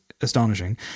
Astonishing